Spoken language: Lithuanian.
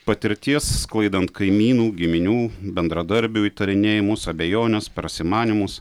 patirties sklaidant kaimynų giminių bendradarbių įtarinėjimus abejones prasimanymus